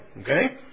Okay